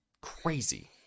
Crazy